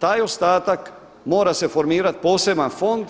Taj ostatak mora se formirat poseban fond